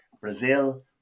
Brazil